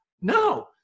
No